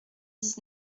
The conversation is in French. dix